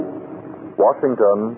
Washington